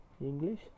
English